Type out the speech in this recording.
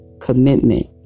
commitment